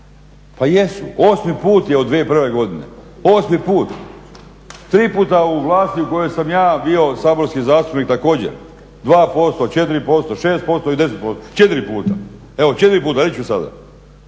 Pa jesu, osmi put je od 2001. godine, osmi put. Tri puta u vlasti u kojoj sam ja bio saborski zastupnik također 2%, 4%, 6% i 10%. Četiri puta, evo četiri puta reći ću sada.